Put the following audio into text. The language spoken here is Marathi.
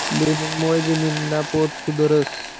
लिमिंगमुळे जमीनना पोत सुधरस